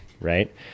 right